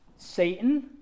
Satan